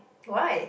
why